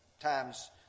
times